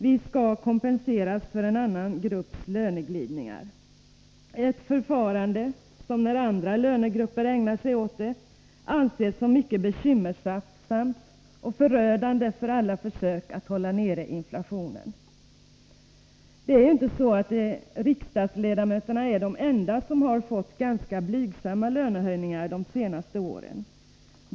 Vi skall kompenseras för en annan grupps löneglidningar, ett förfarande som när det gäller andra lönegrupper anses som mycket bekymmersamt och förödande för alla försök att hålla nere inflationen. Det är ju inte så att riksdagsledamöterna är de enda som har fått ganska blygsamma lönehöjningar de senaste åren.